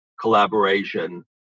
collaboration